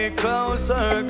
closer